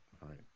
right